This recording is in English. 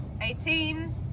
Eighteen